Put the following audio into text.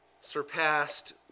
surpassed